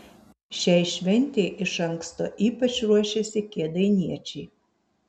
šiai šventei iš anksto ypač ruošėsi kėdainiečiai